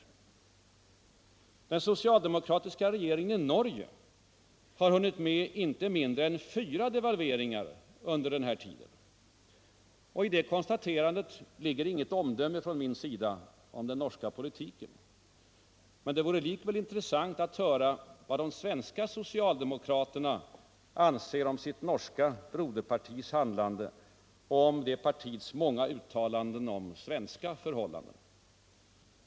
| Den socialdemokratiska regeringen i Norge har hunnit med inte mindre än fyra devalveringar under samma tid. I det konstaterandet ligger inget omdöme från min sida om den norska politiken, men det vore intressant att höra vad de svenska socialdemokraterna anser om sitt norska broderpartis handlande och om det partiets många uttalanden om svenska förhållanden.